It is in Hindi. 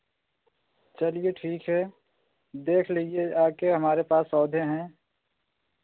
चलिए ठीक है देख लीजिए आके हमारे पास पौधे हैं